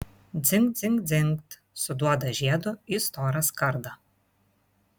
dzingt dzingt dzingt suduoda žiedu į storą skardą